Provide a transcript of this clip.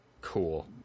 cool